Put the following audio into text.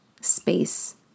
space